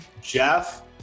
Jeff